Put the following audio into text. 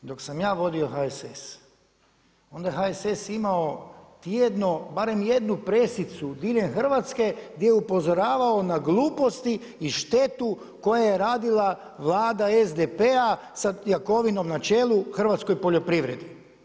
Dok sam ja vodio HSS, onda je HSS imao tjedno barem jednu presicu diljem Hrvatske di je upozoravao na gluposti i štetu koje je radila Vlada SDP-a sa Jakovinom na čelu hrvatskoj poljoprivredi.